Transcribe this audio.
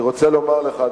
אני רוצה לומר לך,